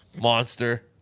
monster